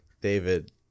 David